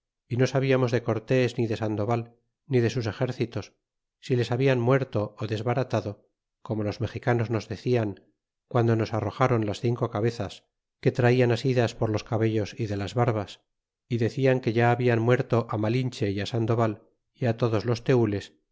y no sabíamos de cortés ni de sandoval ni de sus exércitos si les habían muerto d aesbaraíado como los mexicanos nos decian guando nos arrojaron las cinco cabezas que traian asidas por los cabellos y de las barbas y decían que ya habian muerto á malinche y á sandoval é á todos los teules